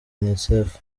unicef